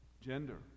Gender